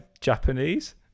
Japanese